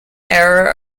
error